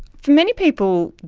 for many people,